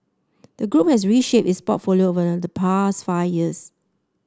the group has reshaped its portfolio over the past five years